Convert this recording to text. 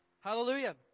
hallelujah